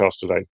today